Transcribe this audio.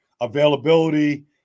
availability